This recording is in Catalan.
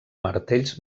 martells